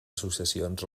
associacions